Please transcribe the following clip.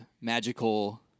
magical